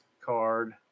card